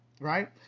Right